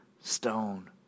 stone